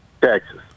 Texas